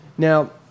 Now